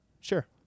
sure